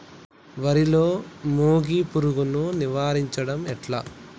వరిలో మోగి పురుగును నివారించడం ఎట్లా?